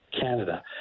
Canada